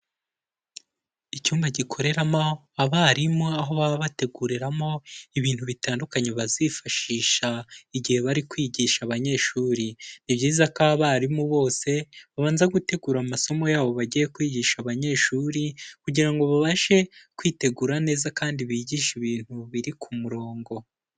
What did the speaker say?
Icyumba gikoreramo abarimu aho baba bateguriramo ibintu bitandukanye bazifashisha igihe bari kwigisha abanyeshuri. Ni byiza ko abarimu bose, babanza gutegura amasomo yabo bagiye kwigisha abanyeshuri kugira ngo babashe kwitegura neza kandi bigishe ibintu biri ku murongo.